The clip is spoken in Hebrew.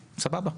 סבבה.